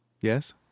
Yes